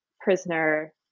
prisoner